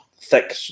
thick